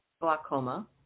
glaucoma